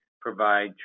provide